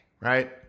right